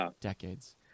decades